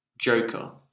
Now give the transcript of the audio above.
Joker